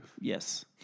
Yes